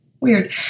weird